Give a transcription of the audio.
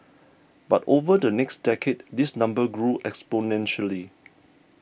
but over the next decade this number grew exponentially